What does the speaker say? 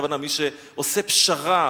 הכוונה מי שעושה פשרה,